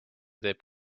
teeb